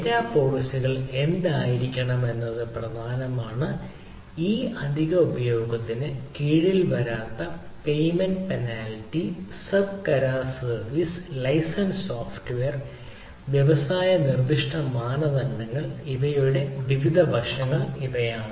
data പോളിസികൾ എന്തായിരിക്കുമെന്നത് പ്രധാനമാണ് ഈ അധിക ഉപയോഗത്തിന് കീഴിൽ വരാത്ത പേയ്മെന്റ് പെനാൽറ്റി സബ് കരാർ സർവീസ് ലൈസൻസ് സോഫ്റ്റ്വെയർ വ്യവസായ നിർദ്ദിഷ്ട മാനദണ്ഡങ്ങൾ ഇവയുടെ വിവിധ വശങ്ങൾ എന്നിവയാണ്